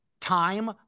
time